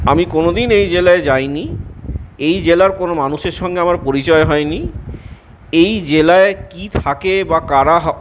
আমি কোনোদিন এই জেলাই যায়নি এই জেলার কোনও মানুষের সঙ্গে আমার পরিচয় হয়নি এই জেলায় কি থাকে বা কারা